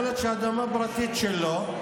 יכול להיות שהאדמה פרטית שלו.